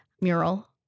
mural